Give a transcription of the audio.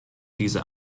diese